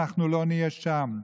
אנחנו לא נהיה שם.